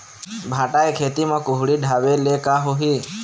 भांटा के खेती म कुहड़ी ढाबे ले का होही?